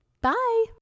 bye